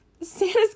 Santa's